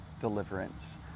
deliverance